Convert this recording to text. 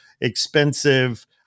expensive